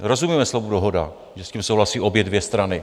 Rozumíme slovu dohoda, že s tím souhlasí obě dvě strany?